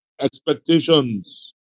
expectations